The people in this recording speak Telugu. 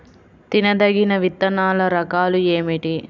తినదగిన విత్తనాల రకాలు ఏమిటి?